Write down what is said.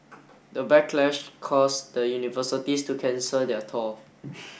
the backlash caused the universities to cancel their thaw